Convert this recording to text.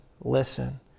listen